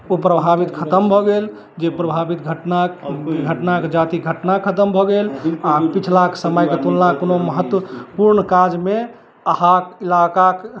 ओ प्रभावित खत्म भऽ गेल जे प्रभावित घटना घटनाके जाति घटना खत्म भऽ गेल आ पिछला समयके तुनला कोनो महत्वपूर्ण काजमे अहाँक इलाकाक